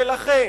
ולכן,